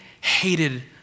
hated